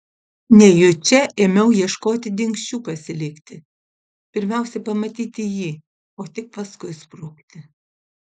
nejučia ėmiau ieškoti dingsčių pasilikti pirmiausia pamatyti jį o tik paskui sprukti